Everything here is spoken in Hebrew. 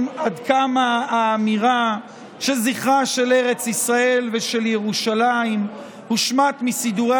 עד כמה האמירה שזכרה של ארץ ישראל ושל ירושלים הושמט מסידורי